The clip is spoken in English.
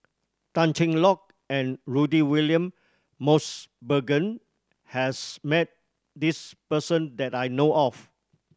Tan Cheng Lock and Rudy William Mosbergen has met this person that I know of